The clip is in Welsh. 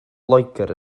loegr